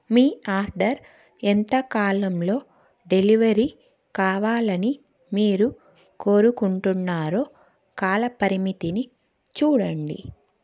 మీ order ఎంత కాలంలో delivery కావాలని మీరు కోరుకుంటున్నారో కాల పరిమితిని చూడండి